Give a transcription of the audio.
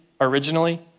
originally